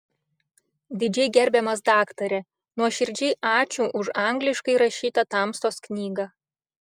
didžiai gerbiamas daktare nuoširdžiai ačiū už angliškai rašytą tamstos knygą